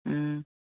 ꯎꯝ